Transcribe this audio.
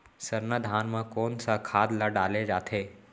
सरना धान म कोन सा खाद ला डाले जाथे?